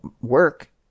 work